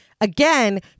Again